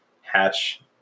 hatch